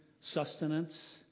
sustenance